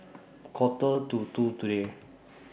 Quarter to two today